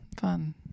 fun